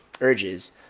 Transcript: urges